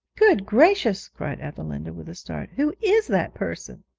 good gracious cried ethelinda, with a start, who is that person